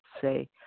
Say